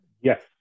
Yes